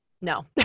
No